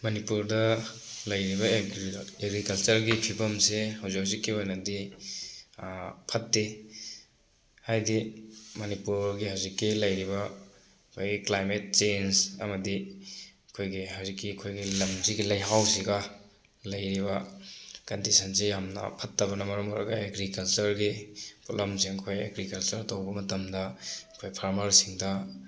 ꯃꯅꯤꯄꯨꯔꯗ ꯂꯩꯔꯤꯕ ꯑꯦꯒ꯭ꯔꯤ ꯑꯦꯒ꯭ꯔꯤꯀꯜꯆꯔꯒꯤ ꯐꯤꯕꯝꯁꯦ ꯍꯧꯖꯤꯛ ꯍꯧꯖꯤꯛꯀꯤ ꯑꯣꯏꯅꯗꯤ ꯐꯠꯇꯦ ꯍꯥꯏꯗꯤ ꯃꯅꯤꯄꯨꯔꯒꯤ ꯍꯧꯖꯤꯛꯀꯤ ꯂꯩꯔꯤꯕ ꯑꯩꯈꯣꯏꯒꯤ ꯀ꯭ꯂꯥꯏꯃꯦꯠ ꯆꯦꯟꯖ ꯑꯃꯗꯤ ꯑꯩꯈꯣꯏꯒꯤ ꯍꯧꯖꯤꯛꯀꯤ ꯑꯩꯈꯣꯏꯒꯤ ꯂꯝꯁꯤꯒꯤ ꯂꯩꯍꯥꯎꯁꯤꯒ ꯂꯩꯔꯤꯕ ꯀꯟꯗꯤꯁꯟꯁꯤ ꯌꯥꯝꯅ ꯐꯠꯇꯕꯅ ꯃꯔꯝ ꯑꯣꯏꯔꯒ ꯑꯦꯒ꯭ꯔꯤꯀꯜꯆꯔꯒꯤ ꯄꯣꯠꯂꯝꯁꯤꯡ ꯑꯩꯈꯣꯏ ꯑꯦꯒ꯭ꯔꯤꯀꯜꯆꯔ ꯇꯧꯕ ꯃꯇꯝꯗ ꯑꯩꯈꯣꯏ ꯐꯥꯔꯃꯔꯁꯤꯡꯗ